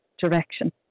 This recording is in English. direction